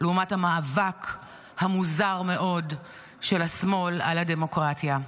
לעומת המאבק המוזר מאוד של השמאל על הדמוקרטיה.